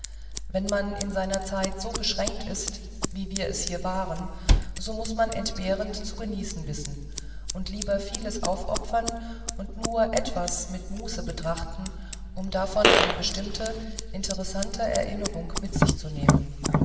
wenn man in seiner zeit so beschränkt ist wie wir es hier waren so muß man entbehrend zu genießen wissen und lieber vieles aufopfern und nur etwas mit muße betrachten um davon eine bestimmte interessante erinnerung mit sich zu nehmen